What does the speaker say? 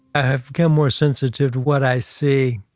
i have become more sensitive to what i see.